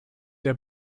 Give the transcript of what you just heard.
der